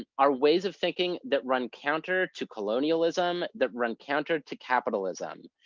and our ways of thinking that run counter to colonialism, that run counter to capitalism,